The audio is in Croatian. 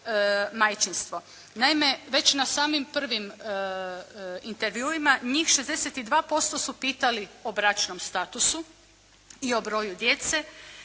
majčinstvo. Naime već na samim prvim intervjuima njih 62% su pitali o bračnom statusu i o broju djece.